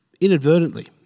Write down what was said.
inadvertently